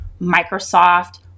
Microsoft